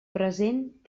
present